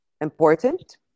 important